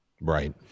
Right